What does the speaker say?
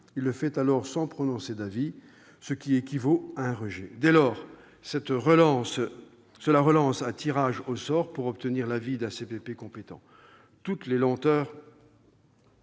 Il le fait alors sans prononcer d'avis, ce qui équivaut à un rejet. Dès lors, cela relance un tirage au sort pour obtenir l'avis d'un CPP compétent. Ces lenteurs